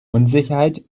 unsicherheit